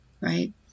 Right